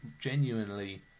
genuinely